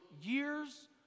years